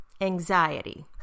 Anxiety